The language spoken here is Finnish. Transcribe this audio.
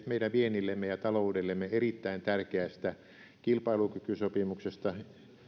meidän viennillemme ja taloudellemme erittäin tärkeästä kilpailukykysopimuksesta